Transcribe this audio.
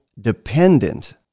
dependent